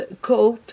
Coat